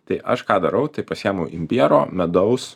tai aš ką darau tai pasiėmu imbiero medaus